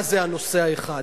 מה זה הנושא האחד?